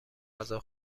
غذا